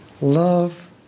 Love